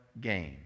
game